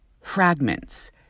fragments